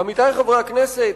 עמיתי חברי הכנסת,